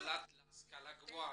בנושא ההשכלה הגבוהה?